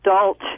adult